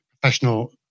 professional